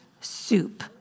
soup